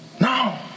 No